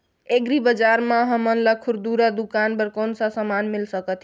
Agri बजार म हमन ला खुरदुरा दुकान बर कौन का समान मिल सकत हे?